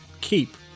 keep